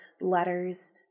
letters